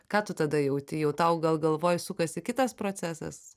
ką tu tada jauti jau tau gal galvoj sukasi kitas procesas